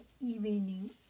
evening